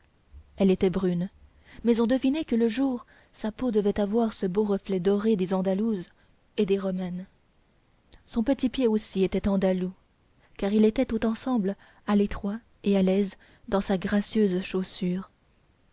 elle était brune mais on devinait que le jour sa peau devait avoir ce beau reflet doré des andalouses et des romaines son petit pied aussi était andalou car il était tout ensemble à l'étroit et à l'aise dans sa gracieuse chaussure